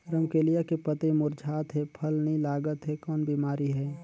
रमकलिया के पतई मुरझात हे फल नी लागत हे कौन बिमारी हे?